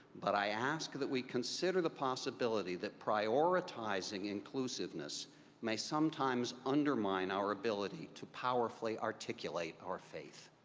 but i ask that we consider the possibility that prioritizeing inclusiveness may sometimes undermine our ability to powerfully articulate our faith.